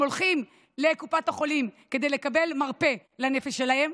הם הולכים לקופת החולים כדי לקבל מרפא לנפש שלהם,